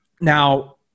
Now